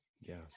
Yes